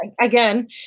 Again